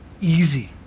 easy